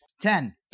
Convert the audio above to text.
Ten